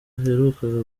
aheruka